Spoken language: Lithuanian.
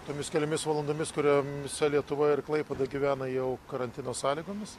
tomis keliomis valandomis kuriom visa lietuva ir klaipėda gyvena jau karantino sąlygomis